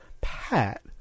Pat